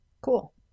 Cool